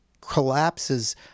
collapses